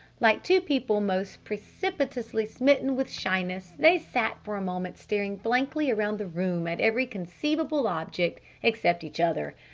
like two people most precipitously smitten with shyness they sat for a moment staring blankly around the room at every conceivable object except each other.